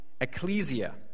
ecclesia